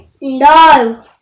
No